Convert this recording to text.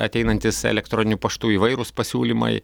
ateinantys elektroniniu paštu įvairūs pasiūlymai